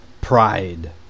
pride